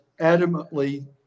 adamantly